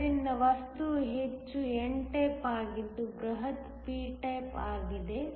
ಆದ್ದರಿಂದ ವಸ್ತುವು ಹೆಚ್ಚು n ಟೈಪ್ ಆಗಿದ್ದು ಬೃಹತ್ p ಟೈಪ್ ಆಗಿದೆ